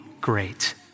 great